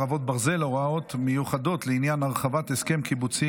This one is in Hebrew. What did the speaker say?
חרבות ברזל) (הוראות מיוחדות לעניין הרחבת הסכם קיבוצי